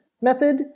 method